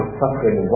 suffering